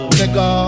nigga